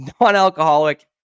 non-alcoholic